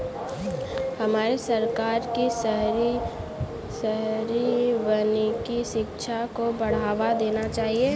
हमारे सरकार को शहरी वानिकी शिक्षा को बढ़ावा देना चाहिए